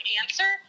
answer